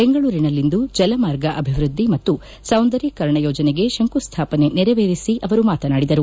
ಬೆಂಗಳೂರಿನಲ್ಲಿಂದು ಜಲಮಾರ್ಗ ಅಭಿವೃದ್ದಿ ಮತ್ತು ಸೌಂದರೀಕರಣ ಯೋಜನೆಗೆ ಶಂಕು ಸ್ವಾಪನೆ ನೆರವೇರಿಸಿ ಅವರು ಮಾತನಾಡಿದರು